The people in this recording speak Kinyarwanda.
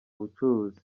ubucuruzi